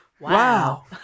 Wow